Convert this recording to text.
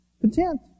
Content